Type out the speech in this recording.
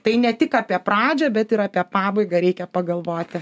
tai ne tik apie pradžią bet ir apie pabaigą reikia pagalvoti